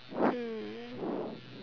hmm